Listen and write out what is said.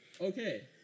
Okay